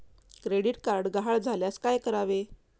Credit card गहाळ झाल्यास काय करावे?